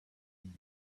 and